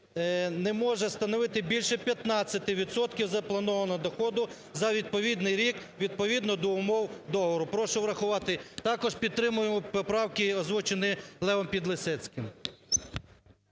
не може становити більше 15 відсотків запланованого доходу за відповідний рік відповідно до умов договору. Прошу врахувати. Також підтримуємо правки, озвучені Левом Підлісецьким.